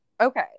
okay